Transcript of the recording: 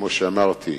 כמו שאמרתי,